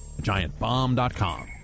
GiantBomb.com